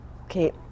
Okay